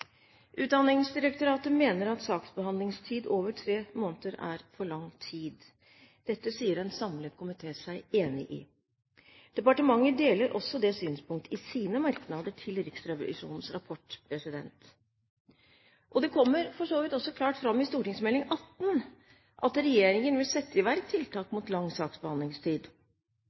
Utdanningsdirektoratet mener at saksbehandlingstid over tre måneder er for lang tid. Dette sier en samlet komité seg enig i. Departementet deler også det synspunktet i sine merknader til Riksrevisjonens rapport. Det kommer for så vidt også klart fram i Meld. St. 18 at regjeringen vil sette i verk tiltak mot